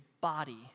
body